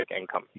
income